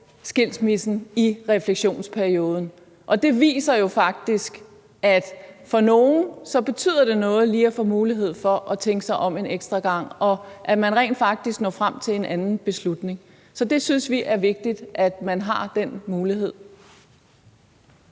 skilsmissen i refleksionsperioden. Og det viser jo faktisk, at for nogle betyder det noget lige at få mulighed for at tænke sig om en ekstra gang, og at man rent faktisk når frem til en anden beslutning. Så vi synes, det er vigtigt, at man har den mulighed.